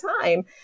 time